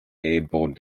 airborne